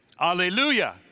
hallelujah